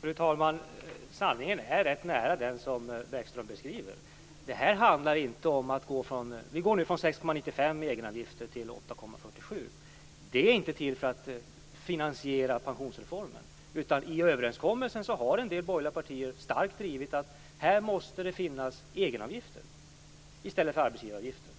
Fru talman! Sanningen ligger rätt nära det som Bäckström beskriver. Vi går nu från 6,95 i egenavgifter till 8,47. Den höjningen är inte till för att finansiera pensionsreformen, utan i överenskommelsen har en del borgerliga partier starkt drivit att det måste finnas egenavgifter i stället för arbetsgivaravgifter.